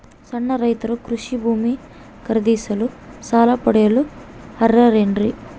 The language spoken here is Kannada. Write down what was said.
ಸಣ್ಣ ರೈತರು ಕೃಷಿ ಭೂಮಿ ಖರೇದಿಸಲು ಸಾಲ ಪಡೆಯಲು ಅರ್ಹರೇನ್ರಿ?